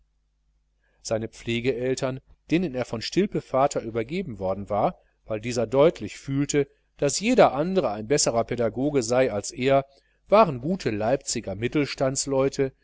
seine pflegeeltern denen er von stilpe vater übergeben worden war weil dieser deutlich fühlte daß jeder andre ein besserer pädagoge sei als er waren gute leipziger